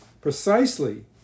precisely